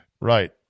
Right